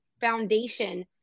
foundation